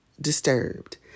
disturbed